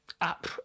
App